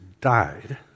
died